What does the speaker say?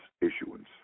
issuance